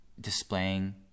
displaying